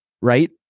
right